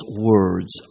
words